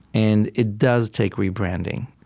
and it does take rebranding.